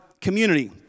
community